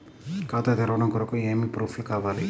ఖాతా తెరవడం కొరకు ఏమి ప్రూఫ్లు కావాలి?